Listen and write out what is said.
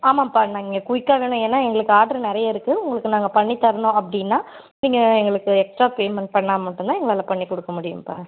ஆமாம்ப்பா நாங்கள் குயிக்காக வேணும் ஏன்னா எங்களுக்கு ஆர்டர் நறையா இருக்கு உங்களுக்கு நாங்கள் பண்ணித் தரணும் அப்படின்னா நீங்கள் எங்களுக்கு எக்ஸ்ட்ரா பேமென்ட் பண்ணால் மட்டும் தான் எங்களால் பண்ணிக் கொடுக்க முடியும்ப்பா